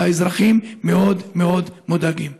כי האזרחים מאוד מאוד מודאגים.